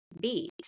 beat